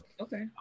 Okay